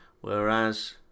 whereas